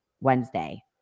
Wednesday